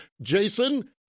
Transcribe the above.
Jason